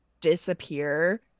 disappear